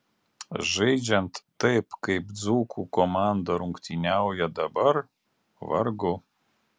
žaidžiant taip kaip dzūkų komanda rungtyniauja dabar vargu